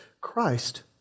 Christ